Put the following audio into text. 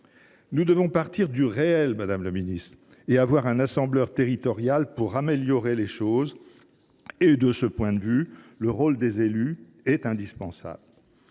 nous devons partir du réel et avoir un assembleur territorial pour améliorer les choses. De ce point de vue, le rôle des élus est indispensable.